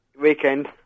Weekend